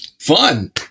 Fun